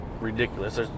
ridiculous